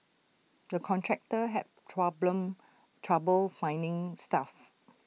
the contractor had trouble finding staff